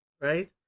right